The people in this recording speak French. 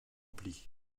plis